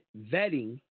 vetting